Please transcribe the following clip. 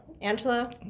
angela